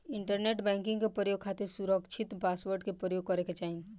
internet banking के प्रयोग खातिर सुरकछित पासवर्ड के परयोग करे के चाही